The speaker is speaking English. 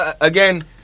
again